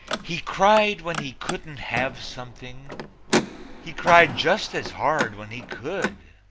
he cried when he couldn't have something he cried just as hard when he could